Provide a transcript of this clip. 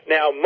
Now